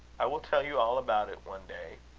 i will tell you all about it one day.